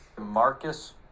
Marcus